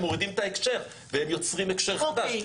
הם מורידים את ההקשר והם יוצרים הקשר חדש,